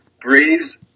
Breeze